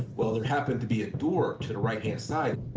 well, there happened to be a door to the right-hand side.